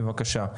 בבקשה.